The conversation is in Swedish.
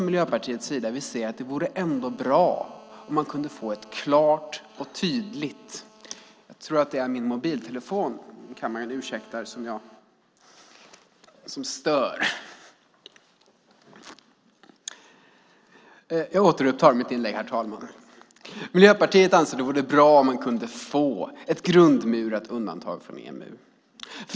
Miljöpartiet anser att det vore bra om man kunde få ett grundmurat undantag från EMU.